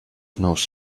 knows